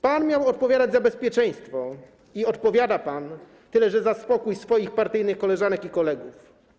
Pan miał odpowiadać za bezpieczeństwo i odpowiada pan, tyle że za spokój swoich partyjnych koleżanek i kolegów.